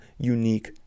unique